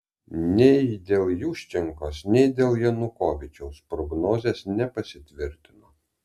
nei dėl juščenkos nei dėl janukovyčiaus prognozės nepasitvirtino